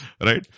Right